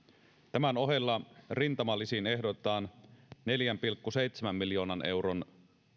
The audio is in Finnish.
tämän ohella rintamalisiin ehdotetaan neljän pilkku seitsemän miljoonan euron